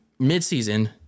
midseason